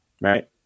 Right